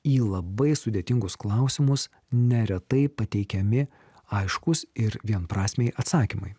į labai sudėtingus klausimus neretai pateikiami aiškūs ir vienprasmiai atsakymai